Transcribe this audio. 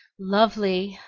lovely!